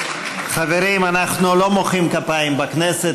חברים, אנחנו לא מוחאים כפיים בכנסת.